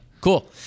cool